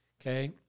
okay